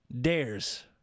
dares